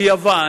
ביוון,